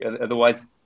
otherwise